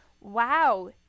wow